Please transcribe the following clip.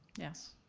yes.